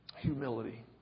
Humility